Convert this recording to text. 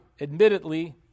admittedly